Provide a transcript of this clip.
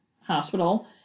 Hospital